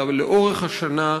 אלא לאורך השנה,